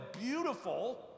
beautiful